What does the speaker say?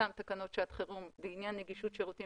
אותן תקנות שעת חירום בעניין נגישות שירותים